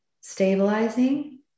stabilizing